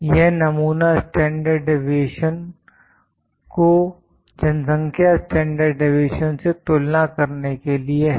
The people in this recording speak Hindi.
यह नमूना स्टैंडर्ड डीविएशन को जनसंख्या स्टैंडर्ड डीविएशन से तुलना करने के लिए है